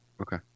Okay